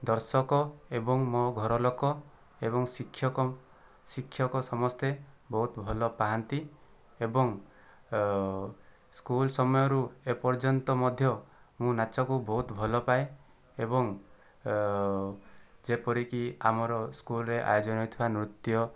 ଦର୍ଶକ ଏବଂ ମୋର ଘରଲୋକ ଏବଂ ଶିକ୍ଷକ ଶିକ୍ଷକ ସମସ୍ତେ ବହୁତ ଭଲପାଆନ୍ତି ଏବଂ ସ୍କୁଲ ସମୟରୁ ଏପର୍ଯ୍ୟନ୍ତ ମଧ୍ୟ ମୁଁ ନାଚକୁ ବହୁତ ଭଲପାଏ ଏବଂ ଯେପରିକି ଆମର ସ୍କୁଲରେ ଆୟୋଜନ ହୋଇଥିବା ନୃତ୍ୟ